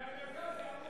זה עוזר.